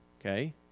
okay